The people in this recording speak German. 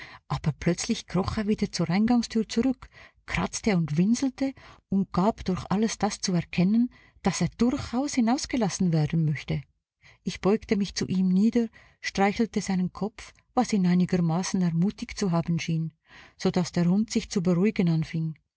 aber plötzlich kroch er wieder zur eingangstür zurück kratzte und winselte und gab durch alles das zu erkennen daß er durchaus hinausgelassen werden möchte ich beugte mich zu ihm nieder streichelte seinen kopf was ihn einigermaßen ermutigt zu haben schien sodaß der hund sich zu beruhigen anfing